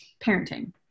parenting